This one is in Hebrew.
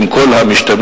עם כל המשתמע,